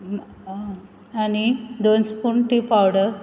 आनी दोन spoon tea powder